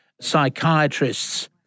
psychiatrists